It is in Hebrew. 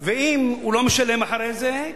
ואם הוא לא משלם אחרי זה,